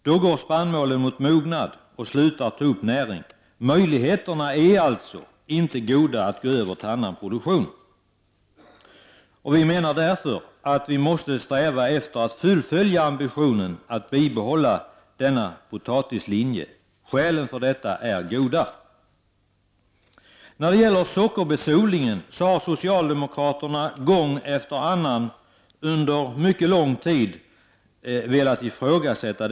Då går spannmålen mot mognad och slutar ta upp näring. Möjligheterna är alltså inte goda att gå över till annan produktion. Vi menar därför att man måste sträva efter att fullfölja ambitionen att bibehålla denna potatislinje. Skälen för detta är goda. Sockerbetsodlingen har socialdemokraterna gång efter annan under mycket lång tid velat ifrågasätta.